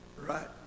right